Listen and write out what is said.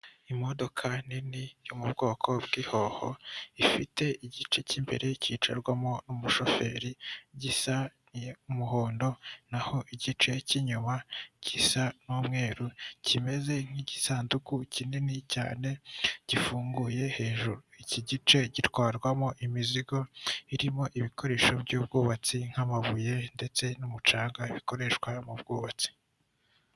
Imodoka nini yo mu bwoko bw'ihoho ifite igice cy'imbere cyicarwamo umushoferi gisa umuhondo naho igice cy'inyuma gisa n'umweru kimeze nk'igisanduku kinini cyane gifunguye hejuru, iki gice gitwarwamo imizigo irimo ibikoresho by'ubwubatsi nk'amabuye ndetse n'umucanga bikoreshwa mu bwubatsi.